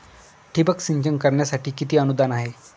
ठिबक सिंचन करण्यासाठी किती अनुदान आहे?